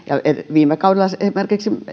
viime kaudella esimerkiksi